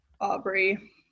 Aubrey